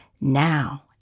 now